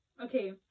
okay